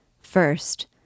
First